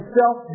self